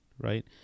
right